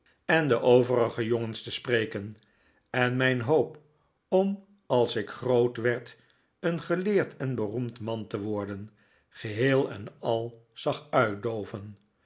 en de overige jongens te spreken en mijn hoop om als ik groot werd een geleerd en beroemd man te worden geheel en al zag uitdooven